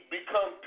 become